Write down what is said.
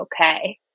okay